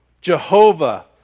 Jehovah